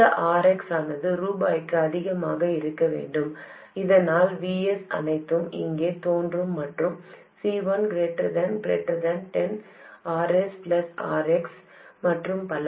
இந்த Rx ஆனது ரூபாய்க்கு அதிகமாக இருக்க வேண்டும் இதனால் Vs அனைத்தும் இங்கே தோன்றும் மற்றும் C1 ≫10Rs Rx மற்றும் பல